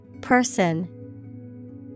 Person